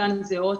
חלקן זהות,